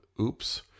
oops